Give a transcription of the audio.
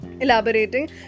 Elaborating